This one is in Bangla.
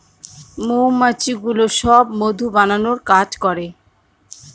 মৌমাছিগুলো সব মধু বানানোর কাজ করে